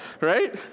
right